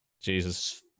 Jesus